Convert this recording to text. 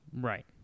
Right